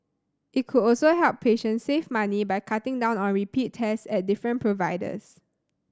it could also help patients save money by cutting down on repeat test at different providers